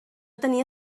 tenia